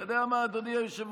אתה יודע מה, אדוני היושב-ראש,